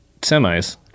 semis